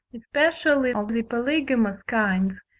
especially of the polygamous kinds,